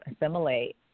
assimilate